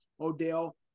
Odell